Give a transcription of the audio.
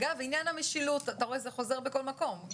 עניין המשילות חוזר בכל מקום.